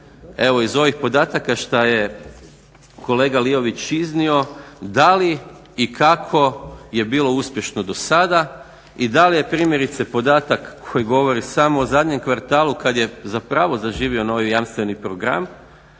evo iz ovih podataka šta je kolega Liović iznio da li i kako je bilo uspješno do sada i da li je primjerice podatak koji govori samo o zadnjem kvartalu kad je zapravo zaživio novi jamstveni program